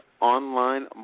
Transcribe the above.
online